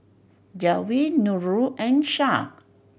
Dewi Nurul and Shah